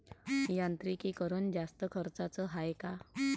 यांत्रिकीकरण जास्त खर्चाचं हाये का?